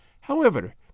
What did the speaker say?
However